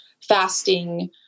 fasting